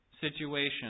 Situation